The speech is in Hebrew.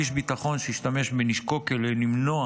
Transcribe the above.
איש ביטחון שישתמש בנשקו כדי למנוע